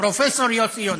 פרופסור יוסי יונה,